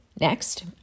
next